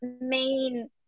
main